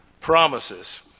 Promises